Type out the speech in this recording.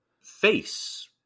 face